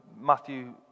Matthew